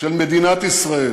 של מדינת ישראל,